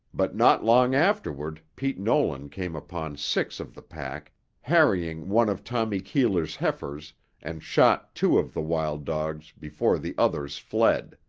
but not long afterward pete nolan came upon six of the pack harrying one of tommy keeler's heifers and shot two of the wild dogs before the others fled.